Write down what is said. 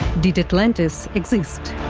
did atlantis exist?